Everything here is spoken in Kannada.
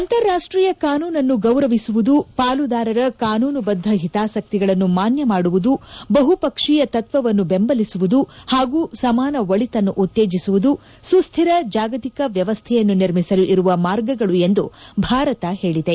ಅಂತಾರಾಷ್ಟೀಯ ಕಾನೂನನ್ನು ಗೌರವಿಸುವುದು ಪಾಲುದಾರರ ಕಾನೂನುಬದ್ಧ ಹಿತಾಸಕ್ತಿಗಳನ್ನು ಮಾನ್ಯ ಮಾಡುವುದು ಬಹುಪಕ್ಷೀಯತತ್ವವನ್ನು ಬೆಂಬಲಿಸುವುದು ಹಾಗೂ ಸಮಾನ ಒಳಿತನ್ನು ಉತ್ತೇಜಿಸುವುದು ಸುಸ್ದಿರ ಜಾಗತಿಕ ವ್ಯವಸ್ಥೆಯನ್ನು ನಿರ್ಮಿಸಲು ಇರುವ ಮಾರ್ಗಗಳು ಎಂದು ಭಾರತ ಹೇಳಿದೆ